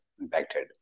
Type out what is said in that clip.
impacted